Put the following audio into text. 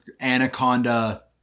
anaconda